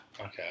Okay